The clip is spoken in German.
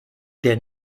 der